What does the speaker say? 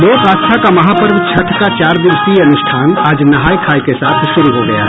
लोक आस्था का महापर्व छठ का चार दिवसीय अनुष्ठान आज नहाय खाय के साथ शुरू हो गया है